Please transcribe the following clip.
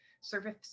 service